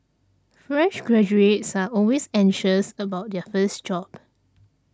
fresh graduates are always anxious about their first job